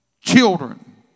children